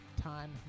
time